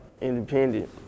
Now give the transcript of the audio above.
independent